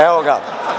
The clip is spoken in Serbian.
Evo ga…